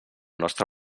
nostre